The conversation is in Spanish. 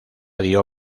dio